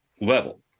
level